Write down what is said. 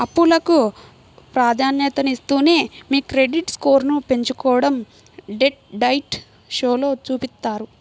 అప్పులకు ప్రాధాన్యతనిస్తూనే మీ క్రెడిట్ స్కోర్ను పెంచుకోడం డెట్ డైట్ షోలో చూపిత్తారు